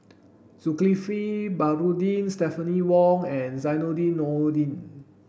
Zulkifli Baharudin Stephanie Wong and Zainudin Nordin